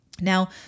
Now